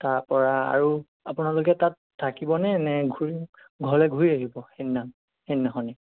তাৰপৰা আৰু আপোনালোকে তাত থাকিবনে নে ঘৰলৈ ঘূৰি আহিব সেইদিনা সেইদিনাখনেই